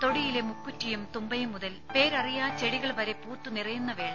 തൊടിയിലെ മുക്കുറ്റിയും തുമ്പയും മുതൽ പേരറിയാച്ചെടികൾ വരെ പൂത്തു നിറയുന്ന വേള